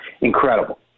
Incredible